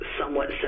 somewhat